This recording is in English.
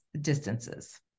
distances